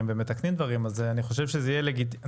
ומתקנים דברים אז אני חושב שזה יהיה לגיטימי,